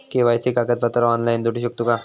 KYC कागदपत्रा online जोडू शकतू का?